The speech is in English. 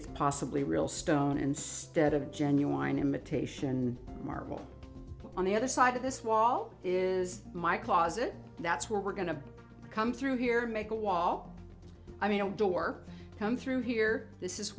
it's possibly real stone instead of a genuine imitation marble on the other side of this wall is my closet that's where we're going to come through here make a wall i mean a door come through here this is